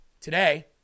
Today